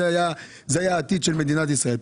שהיו עם משכורות טובות וזה היה העתיד של מדינת ישראל,